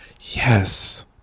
yes